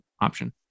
option